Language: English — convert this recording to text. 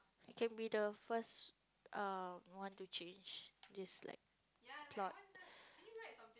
can be the first um one to change this like plot